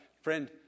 Friend